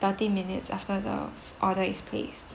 thirty minutes after the order is placed